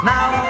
Now